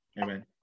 Amen